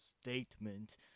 statement